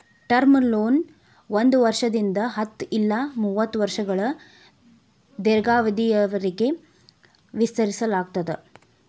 term loan ಒಂದ್ ವರ್ಷದಿಂದ ಹತ್ತ ಇಲ್ಲಾ ಮೂವತ್ತ ವರ್ಷಗಳ ದೇರ್ಘಾವಧಿಯವರಿಗಿ ವಿಸ್ತರಿಸಲಾಗ್ತದ